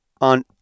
on